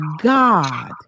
God